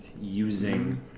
using